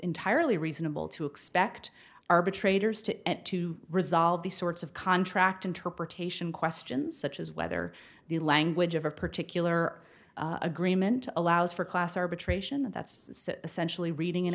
entirely reasonable to expect arbitrators to to resolve these sorts of contract interpretation questions such as whether the language of a particular agreement allows for class arbitration that's essentially reading and